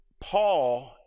Paul